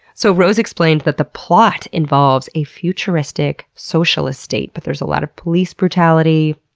so, rose explained that the plot involves a futuristic socialist state. but there's a lot of police brutality,